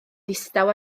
ddistaw